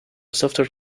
software